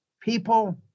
people